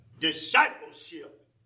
discipleship